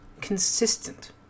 consistent